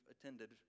attended